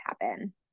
happen